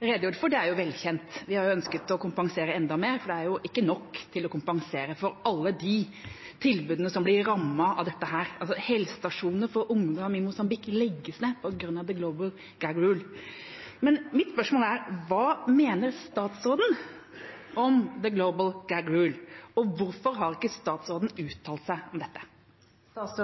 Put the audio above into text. redegjorde for – velkjent. Vi har ønsket å kompensere enda mer, for det er ikke nok til å kompensere for alle de tilbudene som blir rammet av dette. Helsestasjonene for ungdom i Mosambik legges ned på grunn av «the global gag rule». Mitt spørsmål er: Hva mener statsråden om «the global gag rule», og hvorfor har han ikke uttalt seg